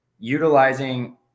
utilizing